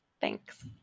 Thanks